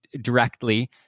directly